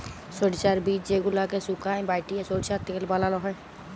সরষার বীজ যেগলাকে সুকাই বাঁটে সরষার তেল বালাল হ্যয়